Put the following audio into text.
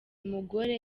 mugore